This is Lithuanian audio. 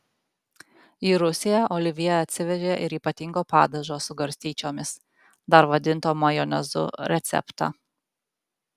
į rusiją olivjė atsivežė ir ypatingo padažo su garstyčiomis dar vadinto majonezu receptą